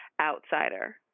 outsider